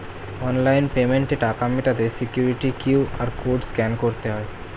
online পেমেন্টে টাকা মেটাতে সিকিউরিটি কিউ.আর কোড স্ক্যান করতে হয়